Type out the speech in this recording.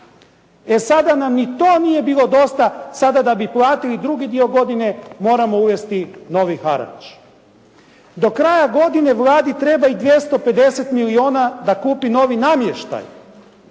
E sada nam i to nije bilo dosta, sada da bi platili drugi dio godine moramo uvesti novi harač. Do kraja godine Vladi treba i 250 milijona da kupi novi namještaj,